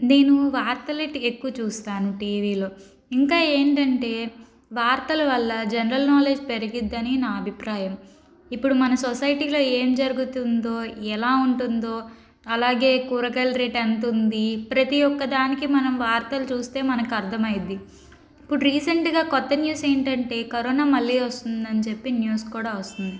నేను వార్తలు అనేది ఎక్కువ చూస్తాను టీవీలో ఇంకా ఏంటంటే వార్తల వల్ల జనరల్ నాలెడ్జ్ పెరిగుద్దని నా అభిప్రాయం ఇప్పుడు మన సొసైటీలో ఏం జరుగుతుందో ఎలా ఉంటుందో అలాగే కూరగాయల రేటు ఎంత ఉంది ప్రతి ఒక్క దానికి మనం వార్తలు చూస్తే మనకు అర్థమవుద్ది ఇప్పుడు రీసెంట్గా కొత్త న్యూస్ ఏంటంటే కరోనా మళ్ళీ వస్తుందని చెప్పి న్యూస్ కూడా వస్తుంది